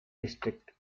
district